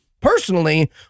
personally